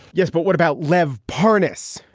yes, but what about lev. parness?